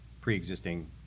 pre-existing